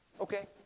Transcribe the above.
Okay